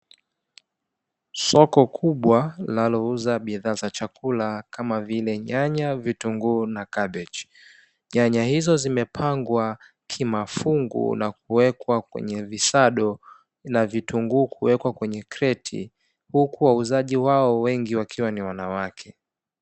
Soko kubwa linalouza bidhaa za chakula kama vile: nyanya, vitunguu na kabichi. Nyanya hizo zimepangwa kimafungu na kuwekwa kwenye visado na vitunguu kuwekwa kwenye kreti, huku wauzaji wao wakiwa ni wanawake.